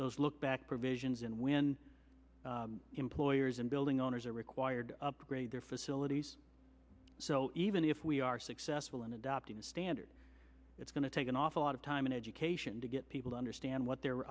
those look back provisions and when employers and building owners are required upgrade their facilities so even if we are successful in adopting a standard it's going to take an awful lot of time in education to get people to understand what their